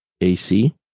AC